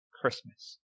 Christmas